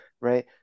right